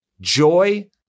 joy